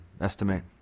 estimate